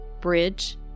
bridge